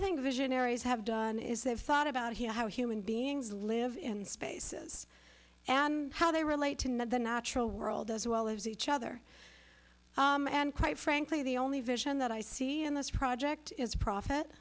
think visionaries have done is they've thought about how human beings live in spaces and how they relate to the natural world as well as each other and quite frankly the only vision that i see in this project is profit